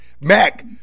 Mac